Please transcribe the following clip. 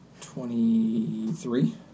Twenty-three